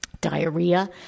diarrhea